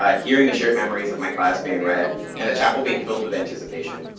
um hearing the shared memories of my class being read, and the chapel being filled with anticipation.